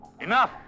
Enough